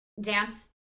dance